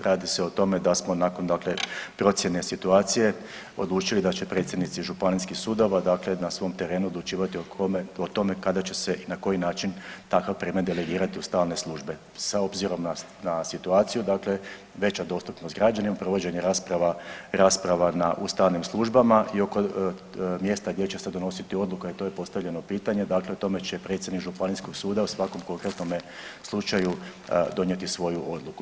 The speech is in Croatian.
Radi se o tome da smo nakon procjene situacije odlučili da će predsjednici županijskih sudova, dakle na svom terenu odlučivati o tome kada će se i na koji način takav predmet delegirati u stalne službe s obzirom na situaciju, dakle veća dostupnost građanima, provođenje rasprava na, u stalnim službama i oko mjesta gdje će se donositi odluka, i to je postavljeno pitanje, dakle o tome će predstavnik županijskog suda u svakom konkretnome slučaju donijeti svoju odluku.